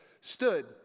stood